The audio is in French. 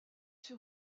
sur